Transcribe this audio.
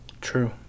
True